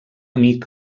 amic